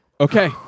Okay